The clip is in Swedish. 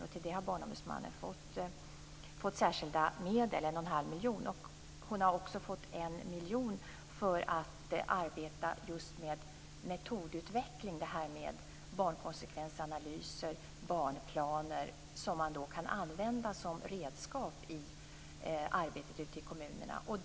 För detta har Barnombudsmannen fått särskilda medel, 1 1⁄2 miljon. Hon har också fått 1 miljon för att arbeta just med metodutveckling, barnkonsekvensanalyser och barnplaner som kan användas som redskap i arbetet ute i kommunerna.